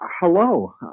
Hello